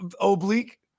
oblique